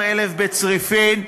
12,000 בצריפין,